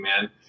man